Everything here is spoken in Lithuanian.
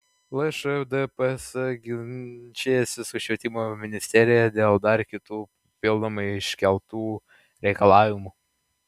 lšdps ginčijasi su švietimo ministerija dėl dar kitų papildomai iškeltų reikalavimų